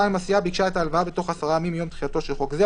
(2)הסיעה ביקשה את ההלוואה בתוך עשרה ימים מיום תחילתו של חוק זה.